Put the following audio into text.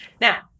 Now